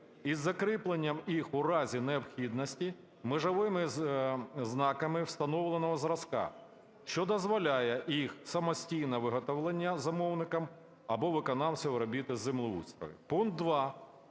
із закріпленням їх у разі необхідності межовими знаками встановленого зразка, що дозволяє їх самостійне виготовлення замовником або виконавцем робіт із землеустрою".